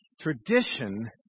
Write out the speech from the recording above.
Tradition